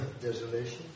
Desolation